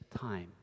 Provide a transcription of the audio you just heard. time